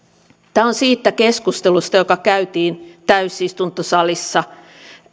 tämä on siitä keskustelusta joka käytiin täysistuntosalissa